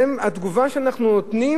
זה התגובה שאנחנו נותנים?